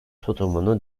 tutumunu